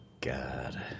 God